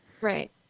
right